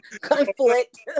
Conflict